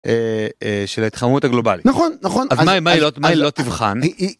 של ההתחמות הגלובלית נכון נכון. אז מה מה היא לא... מה היא לא תבחן? היא היא...